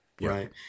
Right